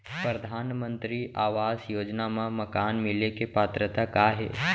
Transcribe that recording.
परधानमंतरी आवास योजना मा मकान मिले के पात्रता का हे?